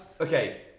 okay